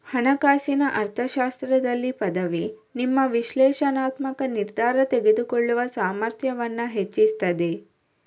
ಹಣಕಾಸಿನ ಅರ್ಥಶಾಸ್ತ್ರದಲ್ಲಿ ಪದವಿ ನಿಮ್ಮ ವಿಶ್ಲೇಷಣಾತ್ಮಕ ನಿರ್ಧಾರ ತೆಗೆದುಕೊಳ್ಳುವ ಸಾಮರ್ಥ್ಯವನ್ನ ಹೆಚ್ಚಿಸ್ತದೆ